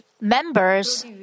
members